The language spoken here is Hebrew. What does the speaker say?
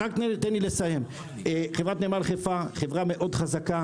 חברת נמל חיפה חברה מאוד חזקה.